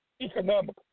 economic